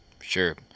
Sure